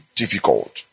difficult